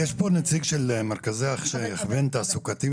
יש פה נציג של מרכזי הכוון תעסוקתי?